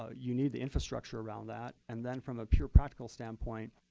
ah you need the infrastructure around that. and then from a pure practical standpoint,